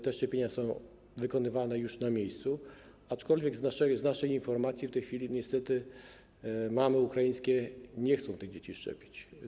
Te szczepienia są wykonywane już na miejscu, aczkolwiek z naszej informacji wynika, że w tej chwili niestety mamy ukraińskie nie chcą tych dzieci szczepić.